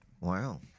Wow